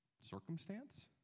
circumstance